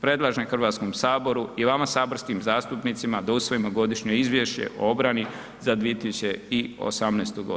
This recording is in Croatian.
Predlažem HS i vama saborskim zastupnicima da usvojimo godišnje izvješće o obrani za 2018.g. Hvala.